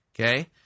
Okay